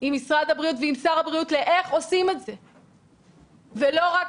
עם משרד הבריאות ועם שר הבריאות לאיך עושים את זה ולא רק